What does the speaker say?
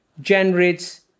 generates